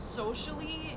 socially